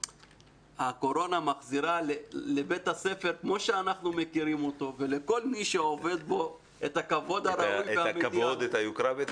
הקורונה מחזירה אותנו לבית ולכל מי שעובד בו את הכבוד הראוי והמגיע לו.